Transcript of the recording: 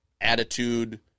attitude